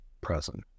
present